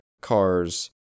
cars